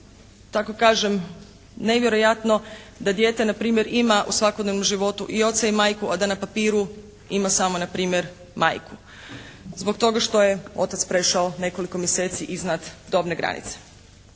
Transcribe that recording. tako kažem nevjerojatno da dijete na primjer ima u svakodnevnom životu i oca i majku a da na papiru ima samo na primjer majku zbog toga što je otac prešao nekoliko mjeseci iznad dobne granice.